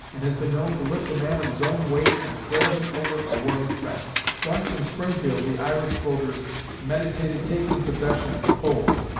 and has been known to lift a man of his own weight and throw him over a worm fence. once in springfield the irish voters meditated taking possession of the polls.